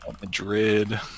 Madrid